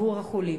עבור החולים.